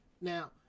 Now